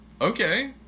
Okay